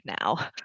now